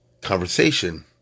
conversation